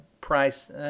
price